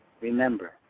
remember